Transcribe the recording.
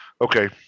Okay